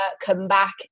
comeback